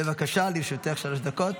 בבקשה, לרשותך שלוש דקות.